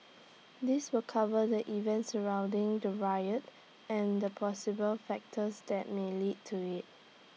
this will cover the events surrounding the riot and the possible factors that may led to IT